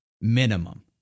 Minimum